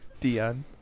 Dion